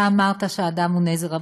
אתה אמרת שהאדם הוא נזר הבריאה,